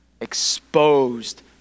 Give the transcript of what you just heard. exposed